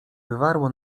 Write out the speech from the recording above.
wywarło